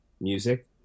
music